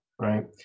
Right